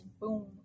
boom